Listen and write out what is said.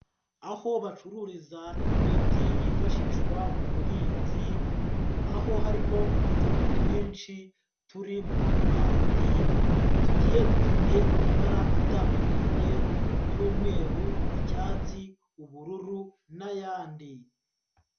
Aho bacururiza imiti yifashishwa mu buhinzi, aho harimo uducupa twinshi turi mu kabati tugiye dufite amabara atandukanye y'umweru, icyatsi, ubururu n'ayandi.